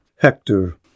Hector